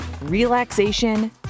relaxation